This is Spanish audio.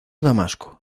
damasco